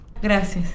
Gracias